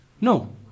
No